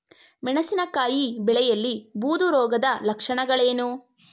ಮೆಣಸಿನಕಾಯಿ ಬೆಳೆಯಲ್ಲಿ ಬೂದು ರೋಗದ ಲಕ್ಷಣಗಳೇನು?